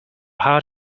hot